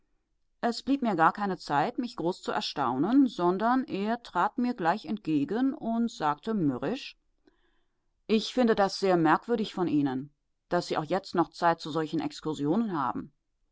es blieb mir gar keine zeit mich groß zu erstaunen sondern er trat mir gleich entgegen und sagte mürrisch ich finde das sehr merkwürdig von ihnen daß sie auch jetzt noch zeit zu solchen exkursionen haben